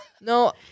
No